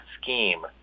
scheme